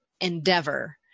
endeavor